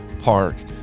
Park